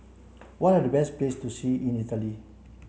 what are the best places to see in Italy